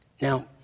Now